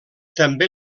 també